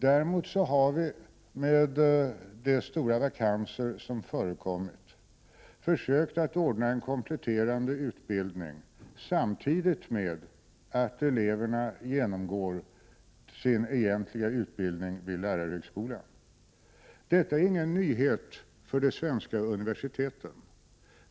Däremot har vi, på grund av det stora antalet vakanser, försökt att ordna en kompletterande utbildning som eleverna får genomgå samtidigt som de genomgår sin egentliga utbildning vid lärarhögskolan. Detta är ingen nyhet för de svenska universiteten.